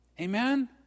Amen